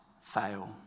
fail